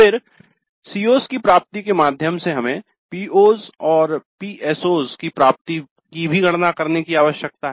फिर CO's की प्राप्ति के माध्यम से हमें PO's और PSO's की प्राप्ति की भी गणना करने की आवश्यकता है